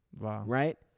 Right